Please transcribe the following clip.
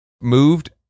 moved